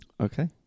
Okay